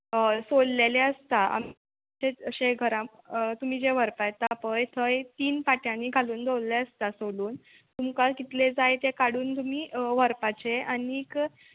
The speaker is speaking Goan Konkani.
हय सोल्लेले आसता आमी तशेंच अशे घरा तुमी जे व्हरपा येता पळय थंय तीन पाट्यानी घालून दवरिल्ले आसता सोलून तुमकां कितले जाय ते काडून तुमी व्हरपाचे आनीक